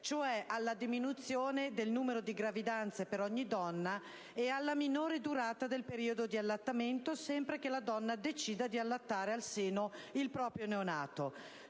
cioè dalla diminuzione del numero di gravidanze per ogni donna e dalla minore durata del periodo di allattamento, sempre che la donna decida di allattare al seno il proprio figlio.